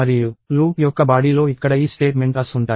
మరియు లూప్ యొక్క బాడీలో ఇక్కడ ఈ స్టేట్మెంట్స్ ఉంటాయి